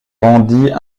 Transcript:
rendit